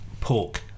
pork